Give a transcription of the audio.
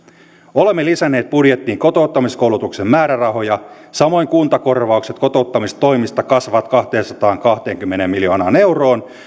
olemme lisänneet budjettiin kotouttamiskoulutuksen määrärahoja samoin kuntakorvaukset kotouttamistoimista kasvavat kahteensataankahteenkymmeneen miljoonaan euroon